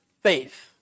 faith